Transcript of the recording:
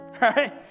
right